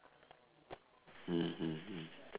mmhmm mm